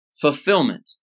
fulfillment